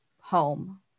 home